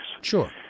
Sure